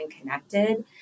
connected